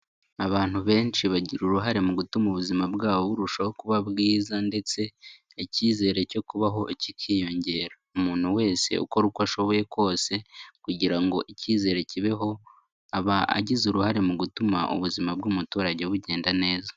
Abantu benshi bagira uruhare mu gutuma ubuzima bwabo burushaho kuba bwiza ndetse icyizere cyo kubaho kikiyongera. Umuntu wese ukora uko ashoboye kose kugira ngo icyizere kibeho, aba agize uruhare mu gutuma ubuzima bw'umuturage bugenda neza.